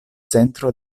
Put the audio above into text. centro